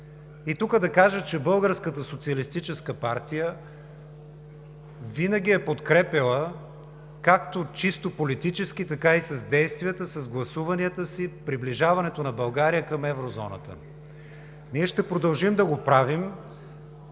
Тук да кажа, че Българската социалистическа партия винаги е подкрепяла както чисто политически, така и с действията, с гласуванията си, приближаването на България към Еврозоната. Ние ще продължим да го правим